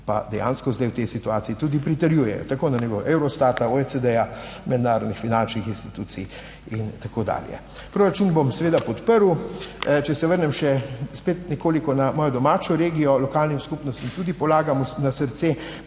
pa dejansko zdaj v tej situaciji tudi pritrjujejo, tako na nivoju Eurostata, OECD, mednarodnih finančnih institucij in tako dalje. Proračun bom seveda podprl. Če se vrnem še spet nekoliko na mojo domačo regijo. Lokalnim skupnostim tudi polagam na srce,